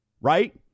right